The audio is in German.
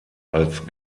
als